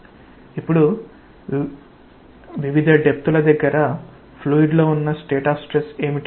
ఇప్పుడు వివిధ డెప్త్ ల దగ్గర ఫ్లూయిడ్ లో ఉన్న స్టేట్ ఆఫ్ స్ట్రెస్ ఏమిటి